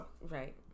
right